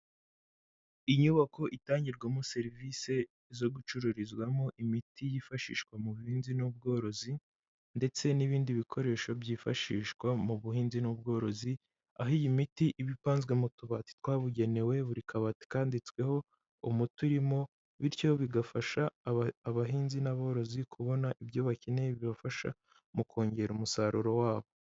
Inyubako itangirwamo serivisi zo gucururizwamo imiti yifashishwa mu buhinzi n'ubworozi, ndetse n'ibindi bikoresho byifashishwa mu buhinzi n'ubworozi, aho iyi miti iba ipanzwe mu tubati twabugenewe, buri kabati kanditsweho umuti urimo, bityo bigafasha abahinzi n'aborozi kubona ibyo bakeneye bibafasha mu kongera umusaruro wabo.